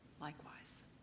likewise